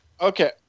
okay